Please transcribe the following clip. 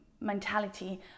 mentality